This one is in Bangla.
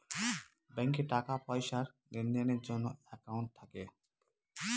ব্যাঙ্কে টাকা পয়সার লেনদেনের জন্য একাউন্ট থাকে